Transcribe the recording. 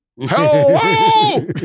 Hello